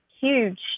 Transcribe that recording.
huge